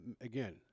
again